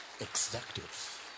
executives